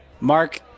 Mark